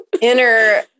inner